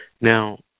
Now